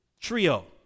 trio